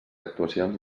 actuacions